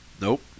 Nope